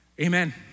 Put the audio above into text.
Amen